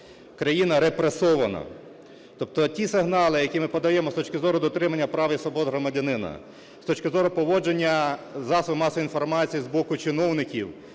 країна репресована". Тобто ті сигнали, які ми подаємо з точки зору дотримання прав і свобод громадянина, з точки зору поводження з засобами масової інформації з боку чиновників,